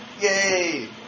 Yay